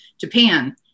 Japan